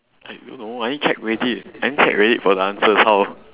I don't know I need check reddit I need check reddit for the answers how